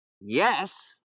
Yes